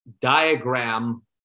diagram